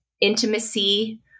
Intimacy